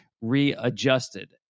readjusted